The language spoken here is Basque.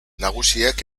nagusiek